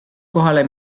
kohale